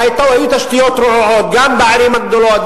והיו תשתיות רעועות גם בערים הגדולות,